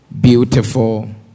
beautiful